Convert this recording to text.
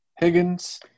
Higgins